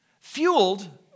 fueled